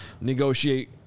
negotiate